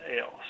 else